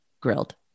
grilled